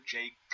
Jake